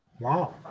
Wow